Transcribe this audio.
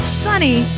sunny